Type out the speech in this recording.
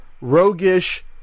roguish